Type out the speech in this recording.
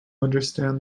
understand